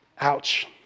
Ouch